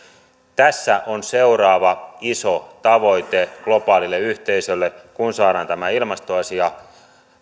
tässä on seuraava iso tavoite globaalille yhteisölle kun saadaan tämä ilmastoasia